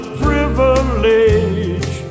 privilege